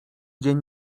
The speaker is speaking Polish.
dzień